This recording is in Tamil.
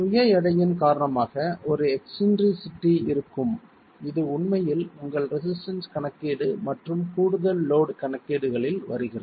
சுய எடையின் காரணமாக ஒரு எக்ஸ்ன்ட்ரிசிட்டி இருக்கும் இது உண்மையில் உங்கள் ரெசிஸ்டன்ஸ் கணக்கீடு மற்றும் கூடுதல் லோட் கணக்கீடுகளில் வருகிறது